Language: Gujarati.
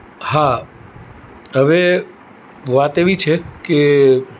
હા હવે વાત એવી છેકે